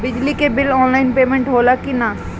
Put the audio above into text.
बिजली के bill online payment होला कि ना?